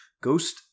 Ghost